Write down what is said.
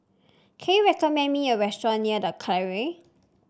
can you recommend me a restaurant near The Colonnade